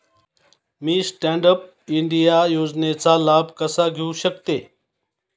मी Stand Up India योजनेचा लाभ कसा घेऊ शकते